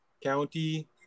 county